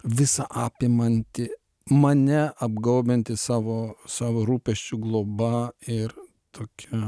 visa apimantį mane apgaubiantį savo savo rūpesčiu globa ir tokiu